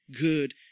good